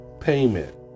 payment